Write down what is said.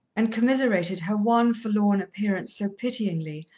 and commiserated her wan, forlorn appearance so pityingly,